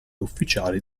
ufficiali